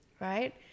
right